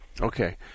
Okay